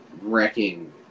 wrecking